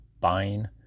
buying